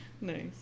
Nice